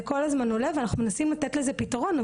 כל הזמן עולה ואנחנו מאוד מנסים לתת לזה פתרון,